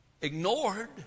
ignored